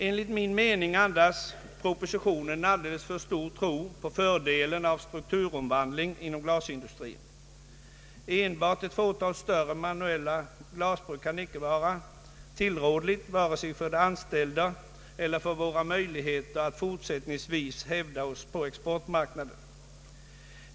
Enligt min mening andas propositionen en alldeles för stor tro på fördelen av strukturomvandling inom glasindustrin. Enbart ett fåtal större manuella glasbruk kan inte vara tillrådligt vare sig för de anställda eller för våra möjligheter att fortsättningsvis hävda oss på exportmarknaden.